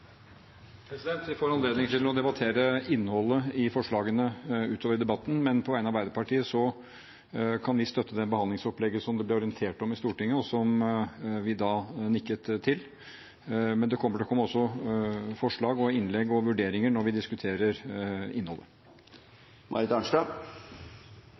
dette. Vi får anledning til å debattere innholdet i forslagene utover i debatten, men på vegne av Arbeiderpartiet vil jeg si at vi kan støtte det behandlingsopplegget som det ble orientert om i Stortinget, og som vi da nikket til. Men det kommer til å komme forslag, innlegg og vurderinger når vi diskuterer innholdet.